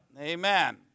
Amen